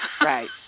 Right